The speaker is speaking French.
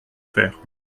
faire